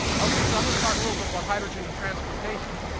ok, so i'm going to talk a little bit about hydrogen and transportation.